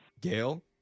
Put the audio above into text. gail